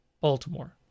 Baltimore